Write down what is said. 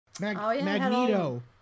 Magneto